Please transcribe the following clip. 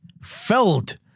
filled